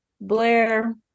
Blair